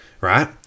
right